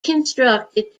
constructed